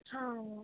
ਹਾਂ